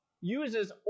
uses